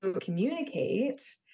communicate